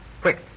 Quick